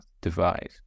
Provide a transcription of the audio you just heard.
divide